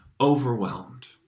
overwhelmed